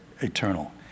eternal